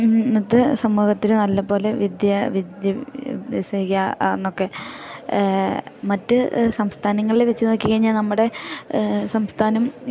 ഇന്നത്തെ സമൂഹത്തില് നല്ലപോലെ വിദ്യ വിദ്യാഭ്യാസം എന്നൊക്കെ മറ്റ് സംസ്ഥാനങ്ങള് വെച്ച് നോക്കിക്കഴിഞ്ഞാൽ നമ്മുടെ സംസ്ഥാനം